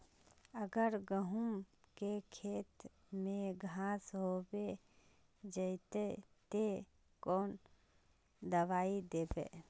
अगर गहुम के खेत में घांस होबे जयते ते कौन दबाई दबे?